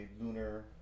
lunar